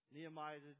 Nehemiah